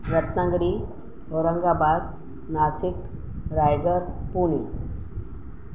Ratnagiri Aurangabad Nashik Raigad Pune